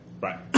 Right